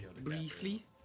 briefly